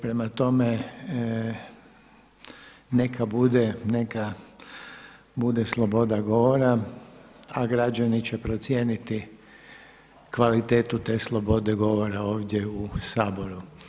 Prema tome, neka bude sloboda govora, a građani će procijeniti kvalitetu te slobode govora ovdje u Saboru.